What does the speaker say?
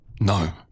No